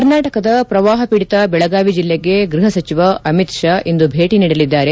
ಕರ್ನಾಟಕದ ಪ್ರವಾಹ ಪೀಡಿತ ದೆಳಗಾವಿ ಜಿಲ್ಲೆಗೆ ಗ್ರಹಸಚಿವ ಅಮಿತ್ ಶಾ ಭೇಟಿ ನೀಡಲಿದ್ದಾರೆ